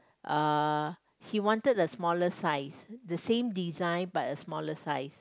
uh he wanted the smaller size the same design but a smaller size